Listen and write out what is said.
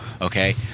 Okay